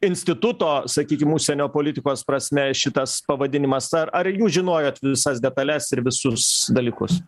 instituto sakykim užsienio politikos prasme šitas pavadinimas ar ar jūs žinojot visas detales ir visus dalykus